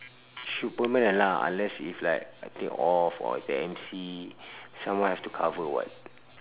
should permanent lah unless if like I think off or take M_C someone have to cover [what]